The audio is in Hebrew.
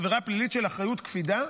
עבירה פלילית של אחריות קפידה.